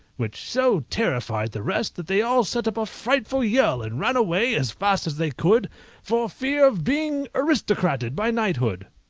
which so terrified the rest that they all set up a frightful yell and ran away as fast as they could for fear of being aristocrated by knighthood.